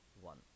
one